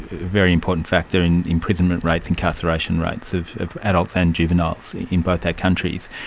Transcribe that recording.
very important factor in imprisonment rates, incarceration rates of of adults and juveniles in both our countries.